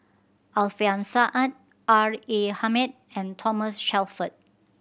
Alfian Sa'at R A Hamid and Thomas Shelford